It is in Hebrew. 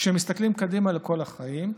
כשמסתכלים קדימה לכל החיים,